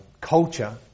culture